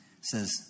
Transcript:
says